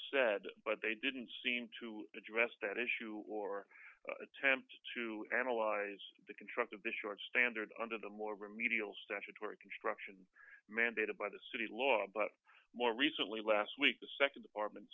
said but they didn't seem to address that issue or attempt to analyze the construct of the short standard under the more remedial statutory construction mandated by the city law but more recently last week the nd department